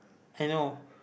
I know